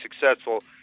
successful